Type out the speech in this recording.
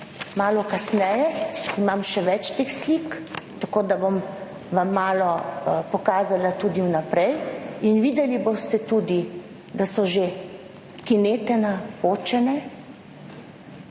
malo kasneje. Imam še več teh slik, tako da bom vam malo pokazala tudi vnaprej in videli boste tudi, da so že kinete napočene